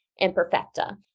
imperfecta